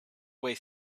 way